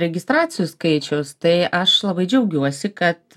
registracijų skaičius tai aš labai džiaugiuosi kad